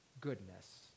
goodness